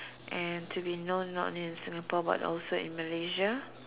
and to be known not in Singapore but also in Malaysia